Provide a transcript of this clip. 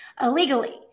illegally